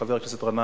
חבר הכנסת גנאים,